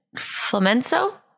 flamenco